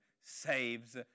saves